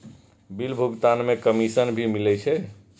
Bill भुगतान में commission भी मिले छै?